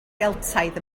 geltaidd